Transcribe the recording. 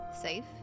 safe